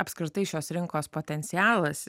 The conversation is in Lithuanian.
apskritai šios rinkos potencialas